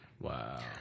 Wow